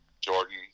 Jordan